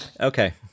Okay